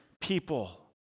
people